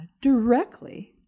directly